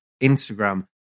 Instagram